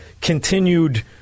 continued